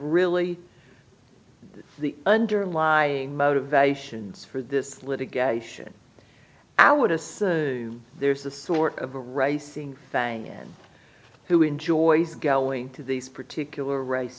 really the underlying motivations for this litigation i would assume there's a sort of a racing fan who enjoys going to these particular race